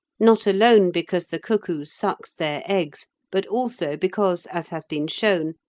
not alone because the cuckoo sucks their eggs, but also because, as has been shown,